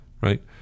right